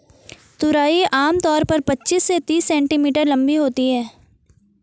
तुरई आम तौर पर पचीस से तीस सेंटीमीटर लम्बी होती है